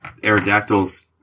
Aerodactyls